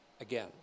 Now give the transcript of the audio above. again